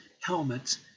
helmets